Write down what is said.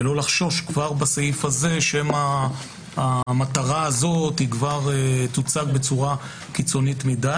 ולא לחשוש כבר בסעיף הזה שמא המטרה הזאת כבר תוצג בצורה קיצונית מדיי.